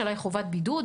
וחלה עלייך חובת בידוד,